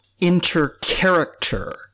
intercharacter